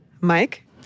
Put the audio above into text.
Mike